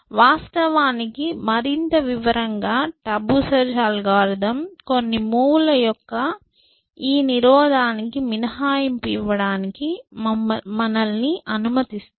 వాస్తవానికి మరింత వివరంగా టాబు సెర్చ్ అల్గోరిథంకొన్ని మూవ్ల యొక్క ఈ నిరోధానికి మినహాయింపు ఇవ్వడానికి మిమ్మల్ని అనుమతిస్తుంది